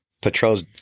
Patrols